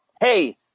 Hey